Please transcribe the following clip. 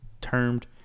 termed